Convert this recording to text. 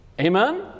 Amen